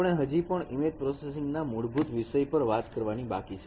આપણે હજી પણ ઈમેજ પ્રોસેસિંગ ના મૂળભૂત વિષય પર વાત કરવાની બાકી છે